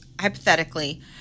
hypothetically